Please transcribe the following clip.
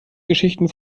geschichten